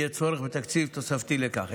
יהיה צורך בתקציב תוספתי לכך.